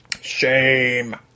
Shame